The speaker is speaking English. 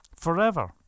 forever